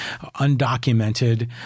undocumented